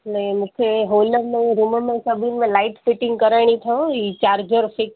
न मूंखे हॉल में रूम में सभिनी में लाइट फिटिंग कराइणी न हुई चार्जर फ़िक्स